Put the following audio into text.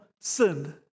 sin